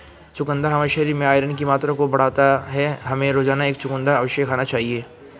चुकंदर हमारे शरीर में आयरन की मात्रा को बढ़ाता है, हमें रोजाना एक चुकंदर अवश्य खाना चाहिए